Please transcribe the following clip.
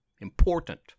important